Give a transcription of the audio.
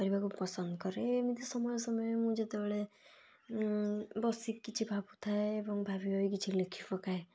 କରିବାକୁ ପସନ୍ଦ କରେ ଏମିତି ସମୟେ ସମୟେ ମୁଁ ଯେତେବେଳେ ବସିକି କିଛି ଭାବୁଥାଏ ଏବଂ ଭାବି ଭାବି କିଛି ଲେଖି ପକାଏ